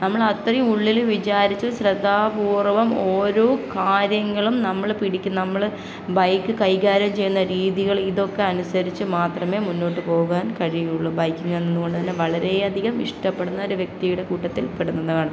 നമ്മൾ അത്രയും ഉള്ളിൽ വിചാരിച്ചു ശ്രദ്ധാപൂർവം ഓരോ കാര്യങ്ങളും നമ്മൾ പിടിക്കുന്നത് നമ്മൾ ബൈക്ക് കൈകാര്യം ചെയ്യുന്ന രീതികൾ ഇതൊക്കെ അനുസരിച്ച് മാത്രമേ മുന്നോട്ട് പോകാൻ കഴിയുകയുള്ളു ബൈക്കിംഗ് എന്നത് കൊണ്ട് തന്നെ വളരെയധികം ഇഷ്ടപ്പെടുന്ന ഒരു വ്യക്തിയുടെ കൂട്ടത്തിൽപ്പെടുന്നതാണ്